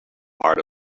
part